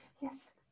Yes